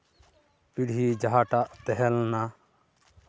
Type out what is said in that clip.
ᱯᱤᱲᱦᱤ ᱡᱟᱦᱟᱸᱴᱟᱜ ᱛᱟᱦᱮᱸ ᱞᱮᱱᱟ